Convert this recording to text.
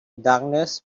darkness